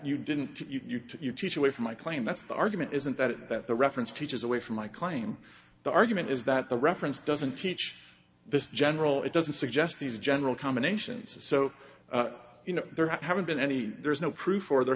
you didn't get you to teach away from my claim that's the argument isn't it that the reference teaches away from my claim the argument is that the reference doesn't teach this general it doesn't suggest these general combinations are so you know there haven't been any there's no proof or there